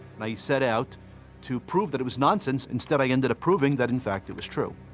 and i set out to prove that it was nonsense, instead, i ended up proving that, in fact, it was true.